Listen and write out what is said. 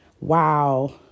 Wow